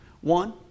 One